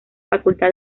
facultad